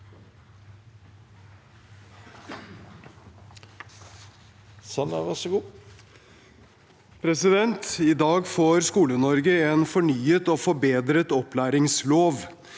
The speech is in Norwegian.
nr. 8): I dag får Skole-Norge en fornyet og forbedret opplæringslov.